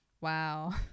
Wow